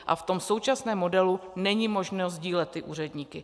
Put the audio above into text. A v tom současném modelu není možno sdílet úředníky.